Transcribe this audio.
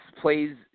plays